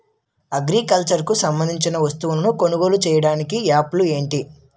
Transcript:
Agriculture కు సంబందించిన వస్తువులను కొనుగోలు చేయటానికి యాప్లు ఏంటి?